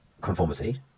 conformity